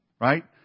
right